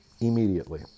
immediately